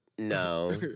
No